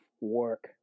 work